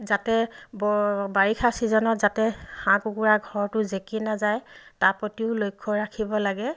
যাতে ব বাৰিষা ছিজনত যাতে হাঁহ কুকুৰা ঘৰটো জেকি নাযায় তাৰ প্ৰতিও লক্ষ্য ৰাখিব লাগে